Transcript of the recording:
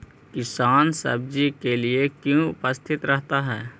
किसान सब्जी के लिए क्यों उपस्थित रहता है?